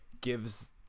gives